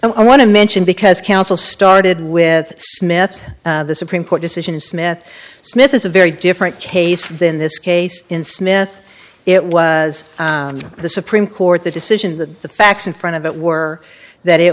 i want to mention because council started with smith the supreme court decision smith smith is a very different case than this case in smith it was the supreme court the decision that the facts in front of it were that it